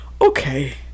okay